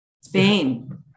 Spain